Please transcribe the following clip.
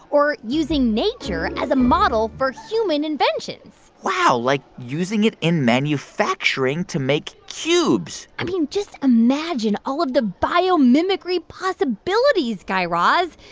or using nature as a model for human inventions wow. like, using it in manufacturing to make cubes i mean, just imagine all of the biomimicry possibilities, guy raz.